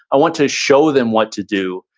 i want to show them what to do.